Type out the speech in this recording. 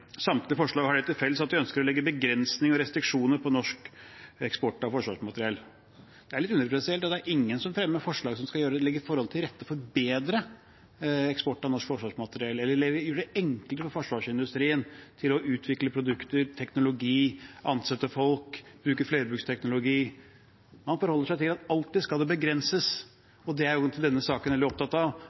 Samtlige forslag har det til felles at de ønsker å legge begrensninger og restriksjoner på norsk eksport av forsvarsmateriell. Det er litt underlig at det ikke er noen som fremmer forslag som skal legge forholdene til rette for en bedre eksport av norsk forsvarsmateriell, eller som vil gjøre det enklere for forsvarsindustrien å utvikle produkter, teknologi, ansette folk og bruke flerbruksteknologi. Man forholder seg til dette som om det alltid skal begrenses. Det er denne saken veldig preget av: